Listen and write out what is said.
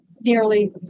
nearly